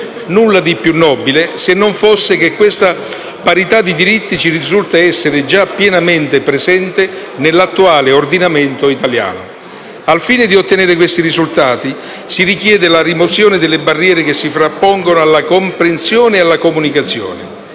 Nulla di più nobile, se non fosse che questa parità di diritti ci risulta essere già pienamente presente nell'attuale ordinamento italiano. Al fine di ottenere questi risultati, si richiede la rimozione delle barriere che si frappongono alla comprensione e alla comunicazione,